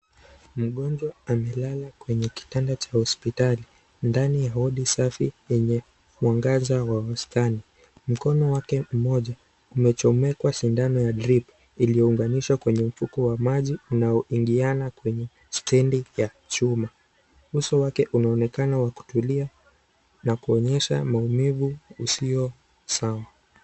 Mgonjwa amelala kwenye kitanda cha hospitali ndani ya wadi safi yenye mwangaza wa bustani .Mkono wake mmoja umechomekwa sindano ya drip iliyounganishwa kwenye mfuko wa maji unaoingiana kwenye stendi ya chuma, uso wake unaonekana wa kutulia na kuonyesha maumivu usio sawa.